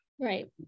Right